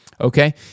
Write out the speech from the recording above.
okay